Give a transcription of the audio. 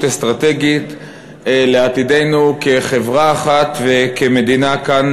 אסטרטגית לעתידנו כחברה אחת וכמדינה כאן,